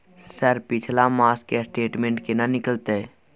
Sir पिछला मास के स्टेटमेंट केना निकलते?